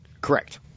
Correct